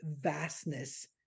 vastness